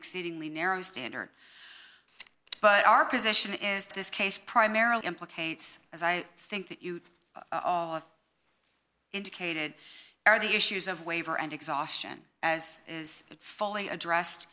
exceedingly narrow standard but our position is that this case primarily implicates as i think that you indicated are the issues of waiver and exhaustion as is fully addressed